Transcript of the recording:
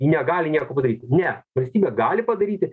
negali nieko padaryt ne valstybė gali padaryti